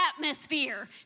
atmosphere